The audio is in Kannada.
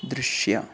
ದೃಶ್ಯ